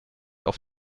auf